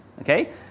okay